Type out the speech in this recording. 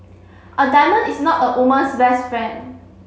a diamond is not a woman's best friend